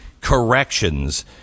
corrections